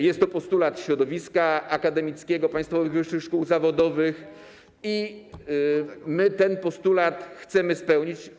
Jest to postulat środowiska akademickiego państwowych wyższych szkół zawodowych i my ten postulat chcemy spełnić.